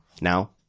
Now